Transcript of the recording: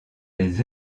des